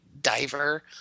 diver